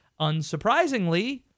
Unsurprisingly